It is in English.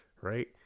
right